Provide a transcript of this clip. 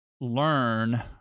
learn